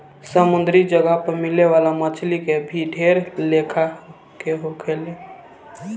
समुंद्री जगह पर मिले वाला मछली के भी ढेर लेखा के होले